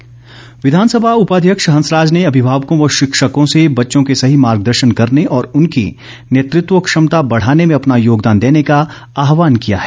हंसराज विधानसभा उपाध्यक्ष हंसराज ने अभिभावकों व शिक्षकों से बच्चों के सही मार्ग दर्शन करने और उनकी नेतृत्व क्षमता बढ़ाने में अपना योगदान देने का आहवान किया है